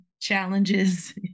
challenges